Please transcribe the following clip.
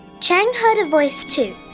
chang heard a voice too,